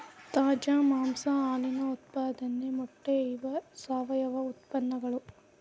ತಾಜಾ ಮಾಂಸಾ ಹಾಲಿನ ಉತ್ಪಾದನೆ ಮೊಟ್ಟೆ ಇವ ಸಾವಯುವ ಉತ್ಪನ್ನಗಳು